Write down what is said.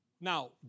Now